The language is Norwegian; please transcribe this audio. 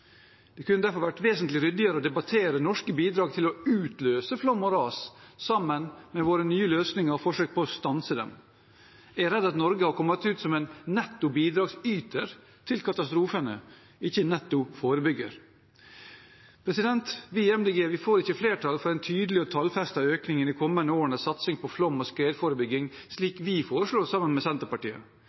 Det kunne derfor vært vesentlig mer ryddig å debattere norske bidrag til å utløse flom og ras sammen med våre nye løsninger og forsøk på å stanse dem. Jeg er redd Norge har kommet ut som netto bidragsyter til katastrofene, ikke netto forebygger. Vi i Miljøpartiet De Grønne får ikke flertall for en tydelig og tallfestet økning i de kommende årenes satsing på flom- og skredforebygging, slik vi foreslår sammen med Senterpartiet.